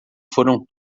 foram